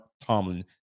Tomlin